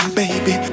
baby